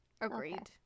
Agreed